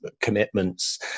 commitments